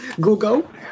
Google